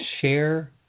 share